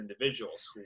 individuals